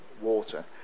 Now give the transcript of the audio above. water